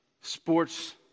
Sports